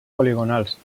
poligonals